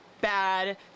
bad